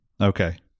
Okay